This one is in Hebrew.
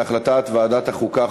להחלטת ועדת החוקה,